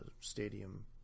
stadium